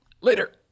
Later